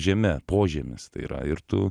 žeme požemis tai yra ir tu